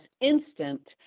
instant